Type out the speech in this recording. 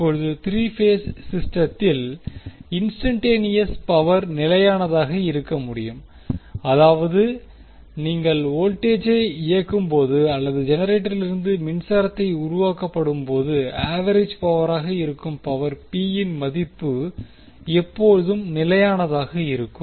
இப்போது 3 பேஸ் சிஸ்டத்தில் instantaneous power நிலையானதாக இருக்க முடியும் அதாவது நீங்கள் வோல்டேஜை இயக்கும் போது அல்லது ஜெனரேட்டரிலிருந்து மின்சாரம் உருவாக்கப்படும்போது ஆவெரேஜ் பவராக இருக்கும் பவர் p இன் மதிப்பு எப்போதும் நிலையானதாக இருக்கும்